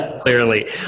Clearly